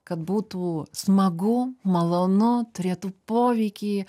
kad būtų smagu malonu turėtų poveikį